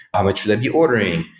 um which should i be ordering?